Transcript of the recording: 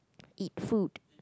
eat food